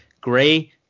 gray